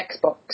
Xbox